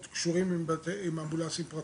משרד הבריאות,